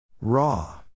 Raw